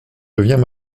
devient